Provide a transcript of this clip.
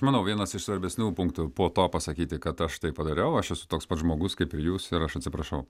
manau vienas iš svarbesnių punktų po to pasakyti kad aš tai padariau aš esu toks pat žmogus kaip ir jūs ir aš atsiprašau